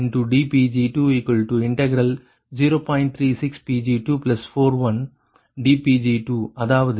36 Pg241dPg2 அதாவது C20